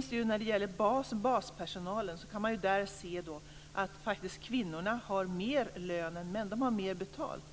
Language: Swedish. När det gäller baspersonalen kan man se att kvinnorna har högre lön än männen. De har mer betalt.